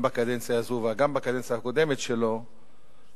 גם בקדנציה הזאת וגם בקדנציה הקודמת שלו,